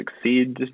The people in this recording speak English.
succeed